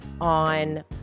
on